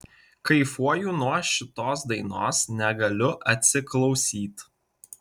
kaifuoju nuo šitos dainos negaliu atsiklausyt